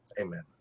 Amen